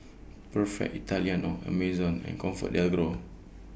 Perfect Italiano Amazon and ComfortDelGro